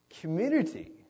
Community